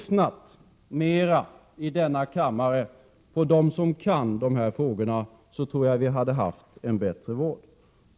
Hade man i denna kammare lyssnat mera på dem som kan de här frågorna, tror jag att vi hade haft en bättre vård i dag.